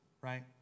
right